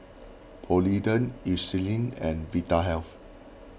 Polident Eucerin and Vitahealth